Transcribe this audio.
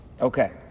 Okay